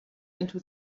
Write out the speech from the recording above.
into